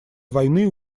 войны